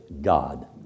God